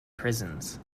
prisons